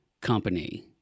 company